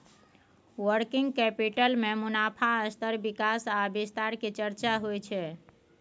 working capital में मुनाफ़ा स्तर विकास आ विस्तार के चर्चा होइ छइ